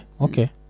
Okay